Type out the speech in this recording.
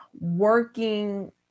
working